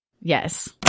Yes